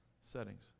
settings